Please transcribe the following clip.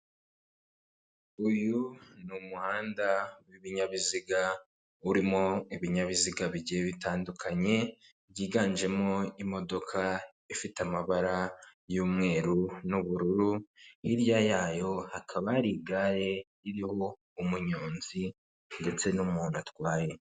Uyu ni umuhanda w'ibinyabiziga urimo ibinyabiziga bigiye bitandukanye, byiganjemo imodoka ifite amabara y'umweru n'ubururu, hirya yayo hakaba hari igare ririho umunyonzi ndetse n'umuntu atwaye.